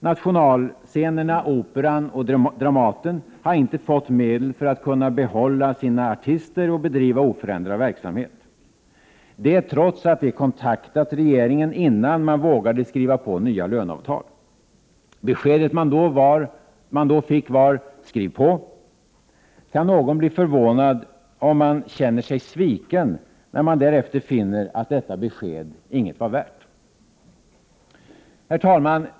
Nationalscenerna Operan och Dramaten har inte fått medel för att kunna behålla sina artister och bedriva oförändrad verksamhet, detta trots att de kontaktat regeringen, innan man vågade skriva på nya löneavtal. Beskedet som man då fick var: Skriv på! Kan någon bli förvånad över att man känner sig sviken, när man därefter finner att detta besked inget var värt? Herr talman!